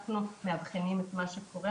אנחנו מאבחנים את מה שקורה.